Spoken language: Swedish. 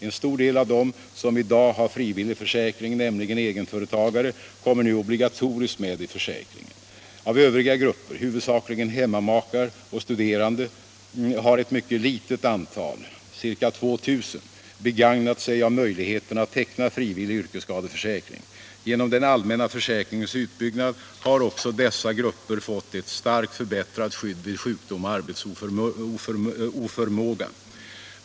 En stor del av dem som i dag har frivillig försäkring, nämligen egenföretagarna, kommer nu obligatoriskt med i försäkringen. Av övriga grupper, huvudsakligen hemmamakar och studerande, har ett mycket litet antal, ca 2 000, begagnat sig av möjligheterna att teckna frivillig yrkesskadeförsäkring. Genom den allmänna försäkringens utbyggnad har också dessa grupper fått ett starkt förbättrat skydd vid sjukdom och arbetsoförmåga.